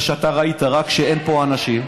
רק בגלל שאתה ראית שאין פה אנשים.